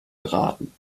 geraten